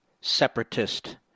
separatist